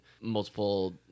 multiple